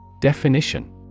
Definition